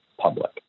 public